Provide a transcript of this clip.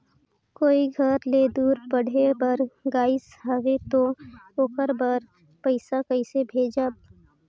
कोई घर ले दूर पढ़े बर गाईस हवे तो ओकर बर पइसा कइसे भेजब?